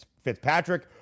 Fitzpatrick